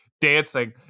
dancing